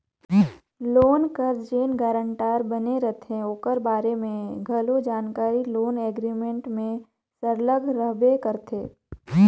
loan कर जेन guarantor बने रहथे ओकर बारे में घलो जानकारी लोन एग्रीमेंट में सरलग रहबे करथे